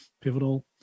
Pivotal